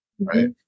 right